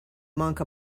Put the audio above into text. monk